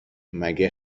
مگه